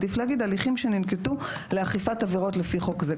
עדיף להגיד: הליכים שננקטו לאכיפת עבירות לפי חוק זה.